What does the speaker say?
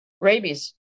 rabies